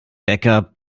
backup